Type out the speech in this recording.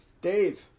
Dave